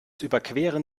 überqueren